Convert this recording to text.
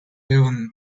even